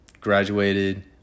graduated